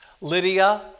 Lydia